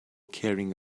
carrying